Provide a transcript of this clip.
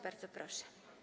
Bardzo proszę.